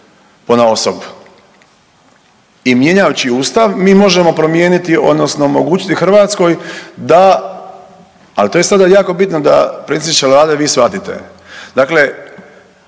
ponaosob. I mijenjajući Ustav mi možemo promijeniti odnosno omogućiti Hrvatskoj da, ali to je sada jako bitno da predsjedniče Vlade vi shvatite. Dakle,